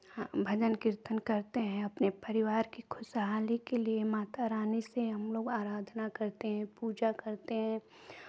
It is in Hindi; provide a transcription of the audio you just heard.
भजन कीर्तन करते हैं अपने परिवार की खुशहाली के लिये माता रानी से हमलोग आराधना करते हैं पूजा करते हैं